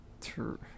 True